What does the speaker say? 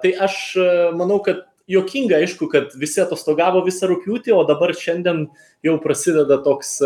tai aš manau kad juokinga aišku kad visi atostogavo visą rugpjūtį o dabar šiandien jau prasideda toks